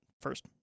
first